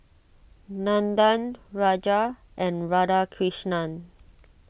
Nandan Raja and Radhakrishnan